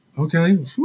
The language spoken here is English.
Okay